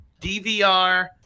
DVR